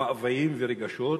מאוויים ורגשות,